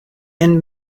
and